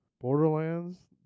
Borderlands